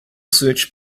search